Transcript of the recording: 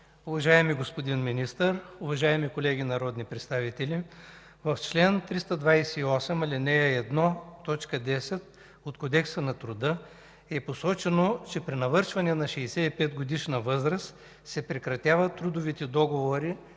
уважаеми господин Министър, уважаеми колеги народни представители! В чл. 328, ал. 1, т. 10 от Кодекса на труда е посочено, че при навършване на 65-годишна възраст се прекратяват трудовите договори